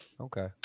Okay